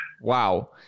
Wow